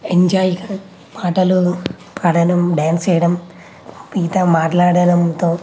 ఎంజాయ్గా పాటలు పాడడం డ్యాన్స్ వేయడం మీతో మాట్లాడడంతో